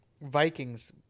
Vikings